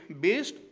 based